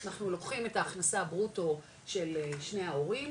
אנחנו לוקחים את ההכנסה ברוטו של שני ההורים,